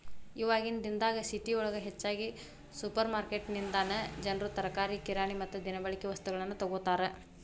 ಇವಾಗಿನ ದಿನದಾಗ ಸಿಟಿಯೊಳಗ ಹೆಚ್ಚಾಗಿ ಸುಪರ್ರ್ಮಾರ್ಕೆಟಿನಿಂದನಾ ಜನರು ತರಕಾರಿ, ಕಿರಾಣಿ ಮತ್ತ ದಿನಬಳಿಕೆ ವಸ್ತುಗಳನ್ನ ತೊಗೋತಾರ